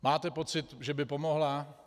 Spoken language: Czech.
Máte pocit, že by pomohla?